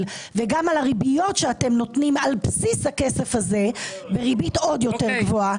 וגם על הריביות שאתם נותנים על בסיס הכסף הזה בריבית עוד יותר גבוהה,